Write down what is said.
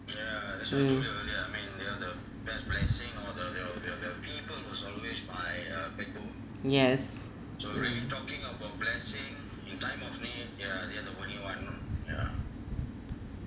mm yes mm